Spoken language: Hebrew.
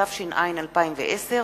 התש"ע 2010,